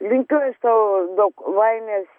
linkiu sau daug laimės